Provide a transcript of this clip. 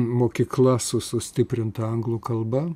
mokykla su sustiprinta anglų kalba